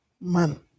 man